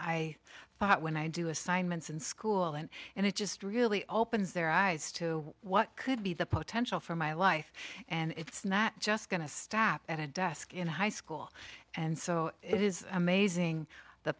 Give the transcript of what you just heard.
i thought when i do assignments in school and and it just really opens their eyes to what could be the potential for my life and it's not just going to stop at a desk in high school and so it is amazing the